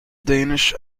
danish